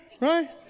Right